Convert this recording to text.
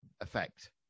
effect